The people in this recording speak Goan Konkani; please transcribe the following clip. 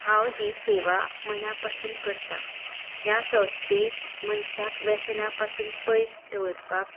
हांव ही सेवा मनापासून करतां ह्या संस्थेक मनशाक व्यसना पासून पयस दवरपाक